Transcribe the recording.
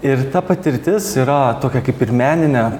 ir ta patirtis yra tokia kaip ir meninė